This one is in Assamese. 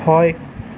হয়